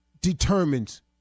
determines